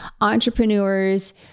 entrepreneurs